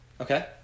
Okay